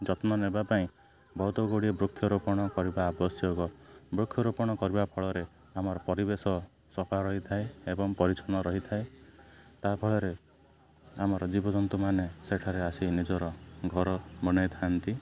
ଯତ୍ନ ନେବା ପାଇଁ ବହୁତ ଗୁଡ଼ିଏ ବୃକ୍ଷରୋପଣ କରିବା ଆବଶ୍ୟକ ବୃକ୍ଷରୋପଣ କରିବା ଫଳରେ ଆମର ପରିବେଶ ସଫା ରହିଥାଏ ଏବଂ ପରିଚ୍ଛନ୍ନ ରହିଥାଏ ତା' ଫଳରେ ଆମର ଜୀବଜନ୍ତୁମାନେ ସେଠାରେ ଆସି ନିଜର ଘର ବନେଇଥାନ୍ତି